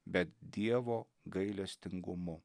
bet dievo gailestingumu